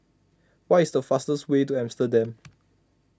what is the fastest way to Amsterdam